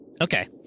Okay